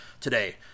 today